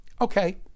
Okay